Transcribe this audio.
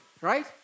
right